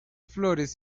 flores